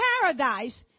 paradise